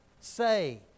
say